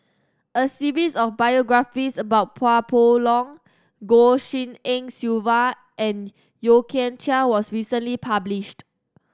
a series of biographies about Chua Poh Leng Goh Tshin En Sylvia and Yeo Kian Chai was recently published